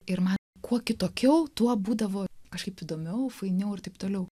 ir man kuo kitokiu tuo būdavo kažkaip įdomiau fainiau ir taip toliau